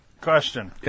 question